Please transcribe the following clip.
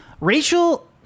Rachel